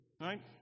right